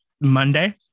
monday